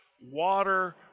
water